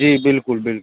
जी बिल्कुल बिल्कुल